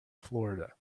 florida